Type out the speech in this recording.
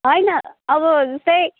होइन अब जस्तै